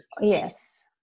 Yes